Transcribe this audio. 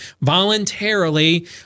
voluntarily